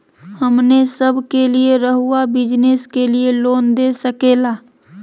हमने सब के लिए रहुआ बिजनेस के लिए लोन दे सके ला?